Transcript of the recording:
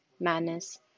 madness